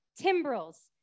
timbrels